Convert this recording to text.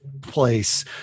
place